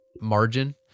margin